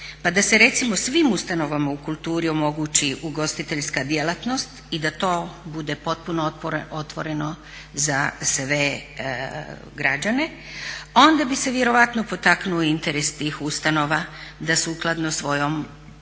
pa da se recimo svim ustanovama u kulturu omogući ugostiteljska djelatnosti i da to bude potpuno otvoreno za sve građane onda bi se vjerojatno potaknuo interes tih ustanova da sukladno svojom osnovnom